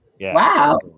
Wow